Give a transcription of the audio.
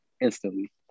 instantly